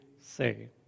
say